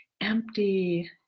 empty